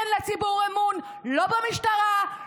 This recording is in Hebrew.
אין לציבור אמון לא במשטרה,